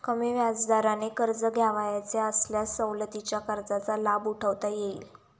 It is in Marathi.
कमी व्याजदराने कर्ज घ्यावयाचे असल्यास सवलतीच्या कर्जाचा लाभ उठवता येईल